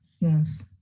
Yes